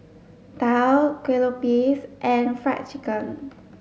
daal kuih lopes and fried chicken